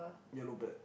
yellow bird